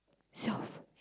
soft